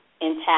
intact